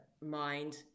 mind